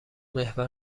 محور